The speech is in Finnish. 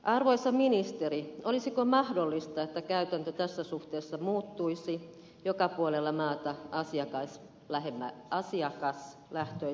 arvoisa ministeri olisiko mahdollista että käytäntö tässä suhteessa muuttuisi joka puolella maata asiakaslähtöisemmäksi